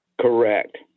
correct